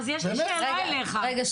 אז יש לי שאלה אליך -- רגע,